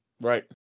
Right